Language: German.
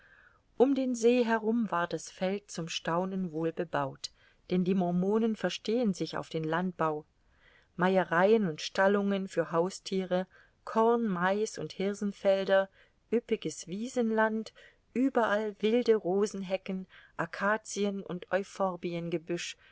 um den see herum war das feld zum staunen wohl bebaut denn die mormonen verstehen sich auf den landbau meiereien und stallungen für hausthiere korn mais und hirsenfelder üppiges wiesenland überall wilde rosenhecken akazien und